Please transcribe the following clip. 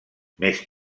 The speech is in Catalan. més